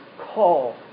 call